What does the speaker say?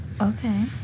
Okay